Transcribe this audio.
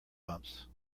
bumps